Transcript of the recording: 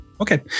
okay